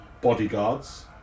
bodyguards